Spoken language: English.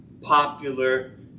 popular